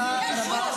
תודה.